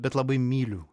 bet labai myliu